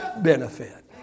benefit